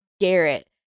Garrett